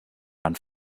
man